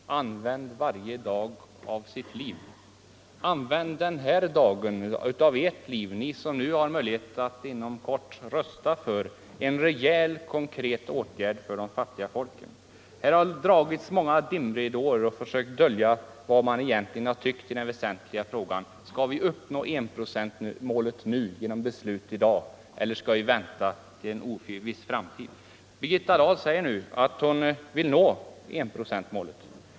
Herr talman! Man skall använda varje dag av sitt liv, sade fru Dahl. Använd den här dagen av ert liv, ni som nu har möjlighet att inom kort rösta för en rejäl, konkret åtgärd för de fattiga folken. Här har dragits många dimridåer och gjorts försök att dölja vad man egentligen har tyckt i den väsentliga frågan: Skall vi uppnå enprocentsmålet nu, genom beslut i dag, eller skall vi vänta till en oviss framtid? Brigitta Dahl säger nu att hon vill nå enprocentsmålet.